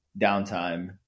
downtime